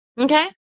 Okay